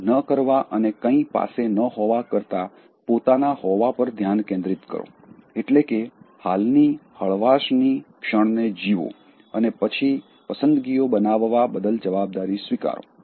કંઇ ન કરવા અને કંઇ પાસે ન હોવા કરતાં પોતાના હોવા પર ધ્યાન કેન્દ્રિત કરો એટલે કે હાલની હળવાશનીશાંતિની ક્ષણને જીવો અને પછી પસંદગીઓ બનાવવા બદલ જવાબદારી સ્વીકારો